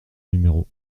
numéro